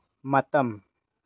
ꯃꯇꯝ